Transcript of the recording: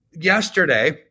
yesterday